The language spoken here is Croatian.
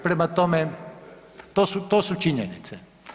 Prema tome, to su činjenice.